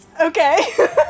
Okay